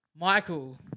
Michael